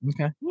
Okay